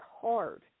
hard